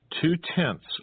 Two-tenths